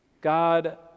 God